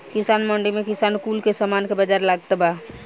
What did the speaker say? किसान मंडी में किसान कुल के सामान के बाजार लागता बा